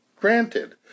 granted